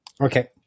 okay